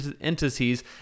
Entities